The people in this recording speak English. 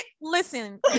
listen